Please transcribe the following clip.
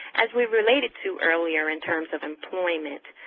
as we related to earlier in terms of employment,